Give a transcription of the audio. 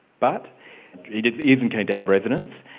but isn't going to have residence,